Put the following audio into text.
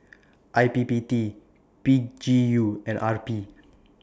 I P P T P G U and R P